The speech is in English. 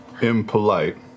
impolite